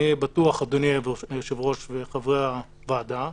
אני בטוח, אדוני היושב-ראש וחברי הוועדה,